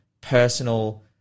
personal